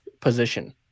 position